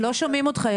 ירון, לא שומעים אותך.